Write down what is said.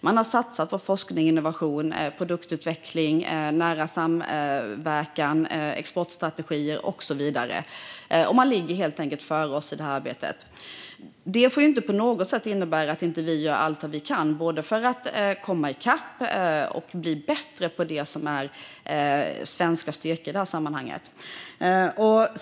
Man har satsat på forskning och innovation, produktutveckling, nära samverkan, exportstrategier och så vidare. Man ligger helt enkelt före oss i detta arbete. Det får inte på något sätt innebära att vi inte gör allt vi kan för att både komma i kapp och bli bättre på det som är svenska styrkor i detta sammanhang.